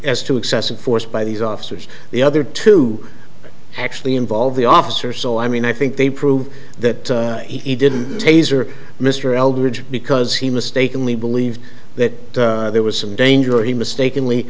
as to excessive force by these officers the other two actually involve the officer so i mean i think they prove that he didn't taser mr eldridge because he mistakenly believed that there was some danger or he mistakenly